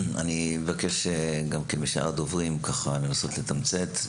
אני מבקש גם משאר הדוברים לנסות לתמצת,